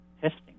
testing